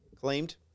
Claimed